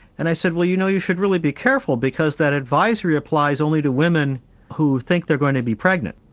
and i said well you know you should really be careful because that advisory applies only to women who think they are going to be pregnant.